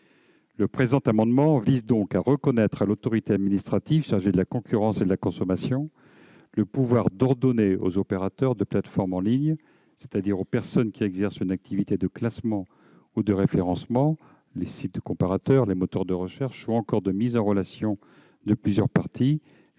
Le présent amendement vise à reconnaître à l'autorité administrative chargée de la concurrence et de la consommation le pouvoir d'ordonner aux opérateurs de plateformes en ligne, c'est-à-dire aux personnes qui exercent une activité de classement ou de référencement- les sites de comparateurs, les moteurs de recherche ou encore de mise en relation de plusieurs parties